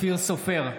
אופיר סופר,